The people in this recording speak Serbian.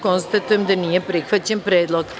Konstatujem da nije prihvaćen predlog.